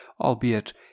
albeit